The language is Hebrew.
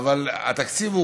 אבל התקציב,